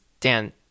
Dan